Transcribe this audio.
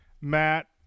Matt